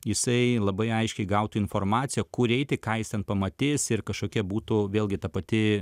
jisai labai aiškiai gautų informaciją kur eiti ką jis ten pamatys ir kažkokia būtų vėlgi ta pati